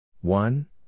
One